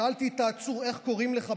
שאלתי את העצור: איך קוראים לך?